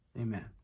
Amen